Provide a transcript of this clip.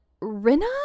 Rina